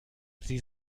sie